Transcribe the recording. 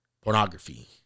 Pornography